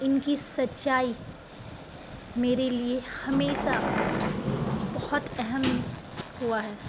ان کی سچائی میرے لیے ہمیشہ بہت اہم ہوا ہے